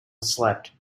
slept